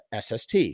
SST